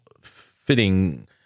fitting